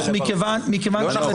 חנוך מכיוון שלצערי.